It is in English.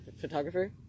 photographer